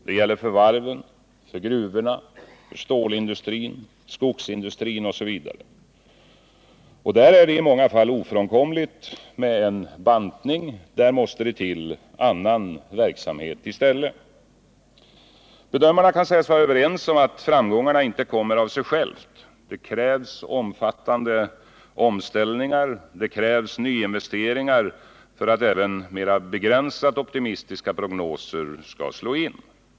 Det gäller för varven, gruvorna, stålindustrin, skogsindustrin osv. Där är det i många fall ofrånkomligt med en bantning. Där måste det till annan verksamhet i stället. Bedömarna kan sägas vara överens om att framgångarna inte kommer av sig själva. Det krävs omfattande omställningar och nyinvesteringar för att även mera begränsat optimistiska prognoser skall slå in.